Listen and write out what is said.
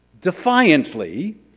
Defiantly